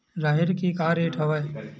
राहेर के का रेट हवय?